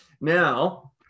now